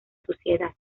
sociedad